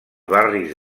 barris